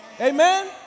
Amen